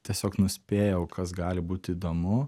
tiesiog nuspėjau kas gali būti įdomu